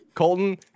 Colton